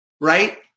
right